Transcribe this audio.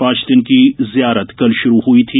पांच दिन की जियारत कल शुरू हुई थी